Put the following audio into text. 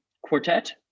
quartet